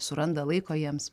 suranda laiko jiems